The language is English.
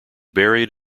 buried